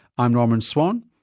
i'm norman swan,